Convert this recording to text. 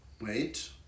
Wait